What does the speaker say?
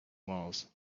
walls